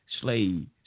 slave